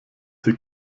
sie